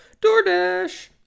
DoorDash